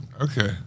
Okay